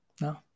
no